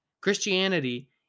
Christianity